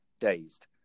dazed